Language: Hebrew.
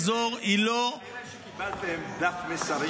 כנראה שקיבלתם דף מסרים.